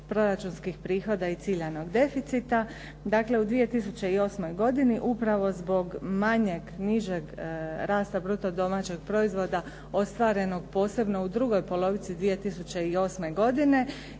proračunskih prihoda i ciljanog deficita. Dakle, u 2008. godini upravo zbog manjeg, nižeg rasta bruto domaćeg proizvoda ostvarenog posebno u drugoj polovici 2008. godine